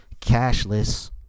Cashless